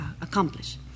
accomplish